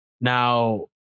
Now